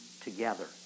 together